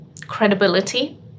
credibility